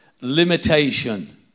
limitation